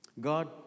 God